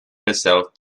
herself